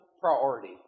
priority